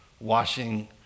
washing